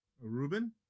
Ruben